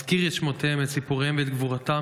אזכיר את שמותיהם, את סיפוריהם ואת גבורתם.